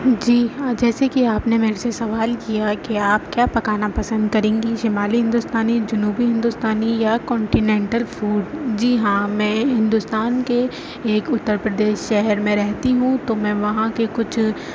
جی ہاں جیسے کہ آپ نے میرے سے سوال کیا کہ آپ کیا پکانا پسند کریں گی شمالی ہندوستانی جنوبی ہندوستانی یا کانٹینینٹل فوڈ جی ہاں میں ہندوستان کے ایک اتر پردیش شہر میں رہتی ہوں تو میں وہاں کے کچھ